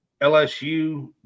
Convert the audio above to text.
LSU